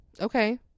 Okay